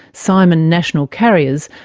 simon national carriers,